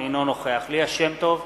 אינו נוכח ליה שמטוב,